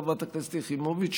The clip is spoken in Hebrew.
חברת הכנסת יחימוביץ?